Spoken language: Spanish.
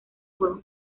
juegos